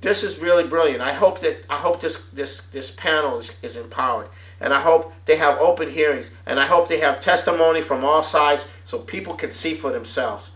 this is really brilliant i hope that i hope this this this panel's is empowered and i hope they have open hearings and i hope they have testimony from all sides so people can see for themselves